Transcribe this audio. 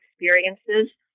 experiences